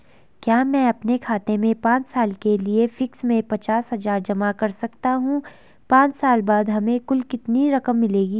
क्या मैं अपने खाते में पांच साल के लिए फिक्स में पचास हज़ार जमा कर सकता हूँ पांच साल बाद हमें कुल कितनी रकम मिलेगी?